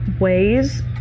ways